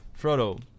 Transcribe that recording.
Frodo